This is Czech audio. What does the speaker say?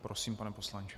Prosím, pane poslanče.